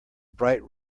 bright